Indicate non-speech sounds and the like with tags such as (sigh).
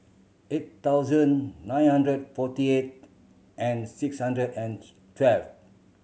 eight thousand nine hundred forty eight and six hundred and (unintelligible) twelve